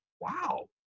wow